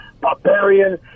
Barbarian